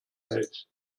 welt